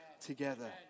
together